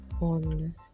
on